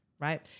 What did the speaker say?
right